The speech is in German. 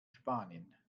spanien